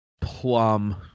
Plum